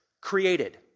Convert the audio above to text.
created